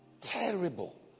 terrible